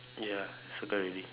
ya circle already